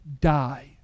die